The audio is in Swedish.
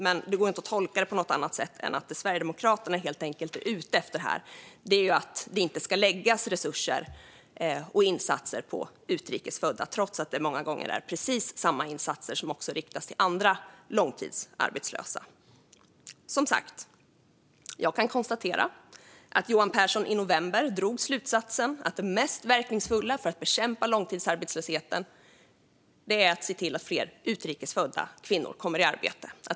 Men det går inte att tolka på annat sätt än att det Sverigedemokraterna är ute efter är att det inte ska läggas resurser och insatser på utrikes födda, trots att det många gånger är precis samma insatser som också riktas till andra långtidsarbetslösa. Jag kan konstatera att Johan Pehrson i november drog slutsatsen att det mest verkningsfulla för att bekämpa långtidsarbetslösheten är att se till att fler utrikes födda kvinnor kommer i arbete.